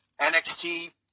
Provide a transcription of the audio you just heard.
nxt